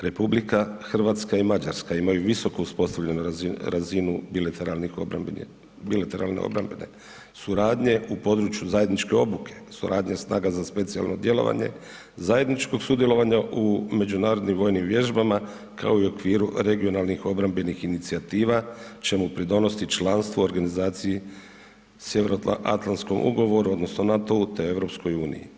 RH i Mađarska imaju visoko uspostavljenu razinu bilateralne obrambene suradnje u području zajedničke obuke, suradnje snaga za specijalno djelovanje, zajedničkog sudjelovanja u međunarodnim vojnim vježbama kao i okviru regionalnih obrambenih inicijativa čemu pridonosi članstvo organizaciji Sjevernoatlantskog ugovoru odnosno NATO-u te EU.